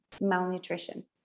malnutrition